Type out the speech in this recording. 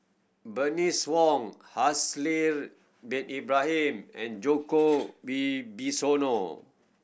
Bernice Wong Haslir Bin Ibrahim and Djoko Wibisono